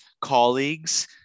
colleagues